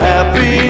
Happy